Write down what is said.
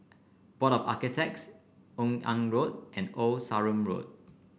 Board of Architects Yung An Road and Old Sarum Road